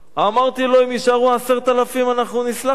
אמרתי לו: אם יישארו 10,000, אנחנו נסלח לך.